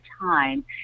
time